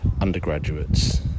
undergraduates